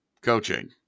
coaching